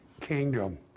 kingdom